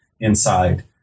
inside